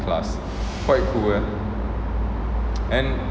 class quite cool eh and